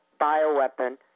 bioweapon